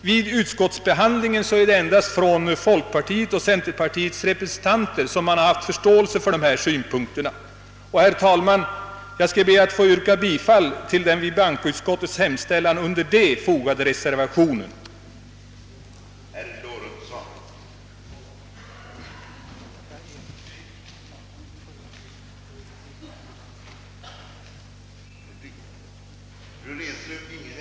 Vid utskottsbehandlingen är det endast folkpartiets och centerpartiets representanter som haft förståelse för de synpunkter vi motionärer framfört. Herr talman! Jag yrkar bifall till den vid utskottets hemställan under D avgivna reservationen 3 av herr Hilding mi; fl: